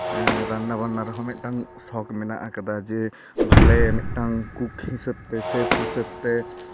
ᱦᱮᱸ ᱨᱟᱱᱱᱟ ᱵᱟᱱᱱᱟ ᱨᱮᱦᱚᱸ ᱢᱤᱫᱴᱟᱝ ᱥᱚᱠ ᱢᱮᱱᱟᱜ ᱠᱟᱫᱟ ᱡᱮ ᱵᱷᱟᱞᱮ ᱢᱤᱫᱴᱟᱝ ᱠᱩᱠ ᱦᱤᱥᱟᱹᱵᱽ ᱛᱮ ᱥᱮᱯᱷ ᱦᱤᱥᱟᱹᱵᱽ ᱛᱮ